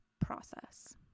process